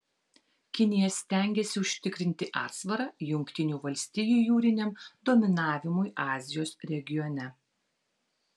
kinija stengiasi užtikrinti atsvarą jungtinių valstijų jūriniam dominavimui azijos regione